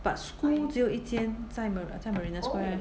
but school 只有一间在 marin~ 在 marina square